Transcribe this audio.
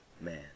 man